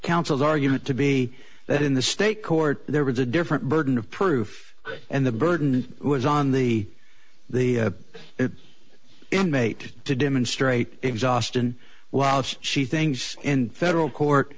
council's argument to be that in the state court there was a different burden of proof and the burden was on the the inmate to demonstrate exhaustion while she thinks in federal court